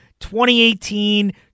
2018